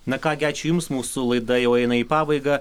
na ką gi ačiū jums mūsų laida jau eina į pabaigą